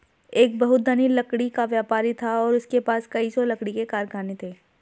एक बहुत धनी लकड़ी का व्यापारी था और उसके पास कई सौ लकड़ी के कारखाने थे